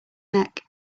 neck